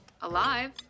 alive